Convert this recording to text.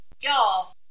y'all